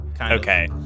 okay